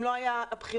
אם לא היו בחירות,